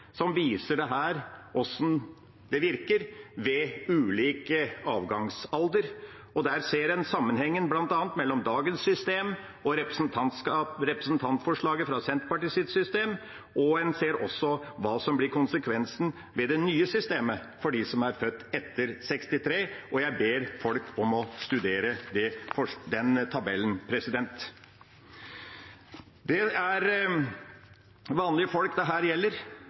som viser dette, hvordan det virker ved ulik avgangsalder. Der ser en sammenhengen bl.a. mellom dagens system og systemet med representantforslaget fra Senterpartiet, og en ser også hva som blir konsekvensen ved det nye systemet, for dem som er født etter 1963. Jeg ber folk om å studere den tabellen. Det er vanlige folk dette gjelder. Det